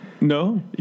No